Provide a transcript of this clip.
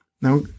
Now